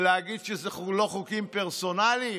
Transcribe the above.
להגיד שאלה לא חוקים פרסונליים?